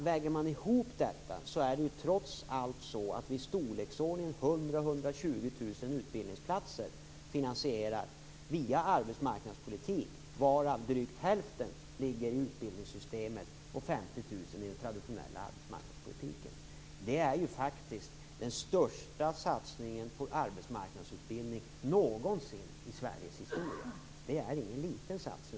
Väger man ihop detta ser man att vi trots allt finansierar i storleksordningen 100 000-120 000 utbildningsplatser via arbetsmarknadspolitiken, varav drygt hälften ligger i utbildningssystemet och 50 000 i den traditionella arbetsmarknadspolitiken. Det är faktiskt den största satsningen på arbetsmarknadsutbildning någonsin i Sveriges historia. Det är ingen liten satsning.